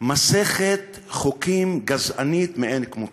מסכת חוקים גזענית מאין כמותה.